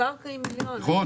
נכון?